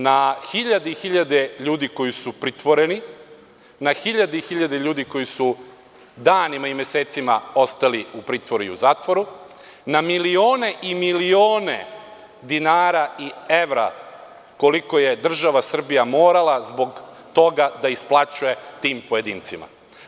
Na hiljade i hiljade ljudi koji su pritvoreni, na hiljade i hiljade ljudi koji su danima i mesecima ostali u pritvoru i u zatvoru, na milione i milione dinara i evra koliko je država Srbija morala zbog toga da isplaćuje tim pojedincima.